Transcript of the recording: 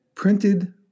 printed